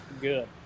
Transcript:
good